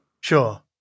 Sure